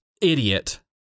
idiot